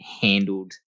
handled